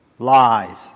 lies